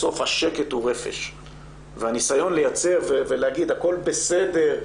בסוף השקט הוא רפש והניסיון לייצר ולומר שהכול בסדר,